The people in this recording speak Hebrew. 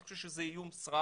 אני חושב שזה איום סרק.